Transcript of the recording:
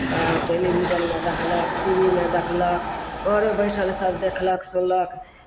टेलीविजनमे देखलक T V मे देखलक घरे बैठल सभ देखलक सुनलक